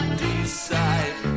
decide